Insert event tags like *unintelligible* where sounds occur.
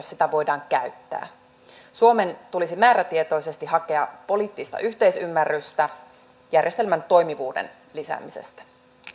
*unintelligible* sitä voidaan käyttää suomen tulisi määrätietoisesti hakea poliittista yhteisymmärrystä järjestelmän toimivuuden lisäämisestä